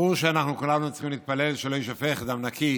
ברור שכולנו צריכים להתפלל שלא יישפך דם נקי,